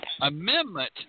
amendment